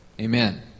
Amen